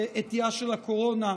בעטייה של הקורונה,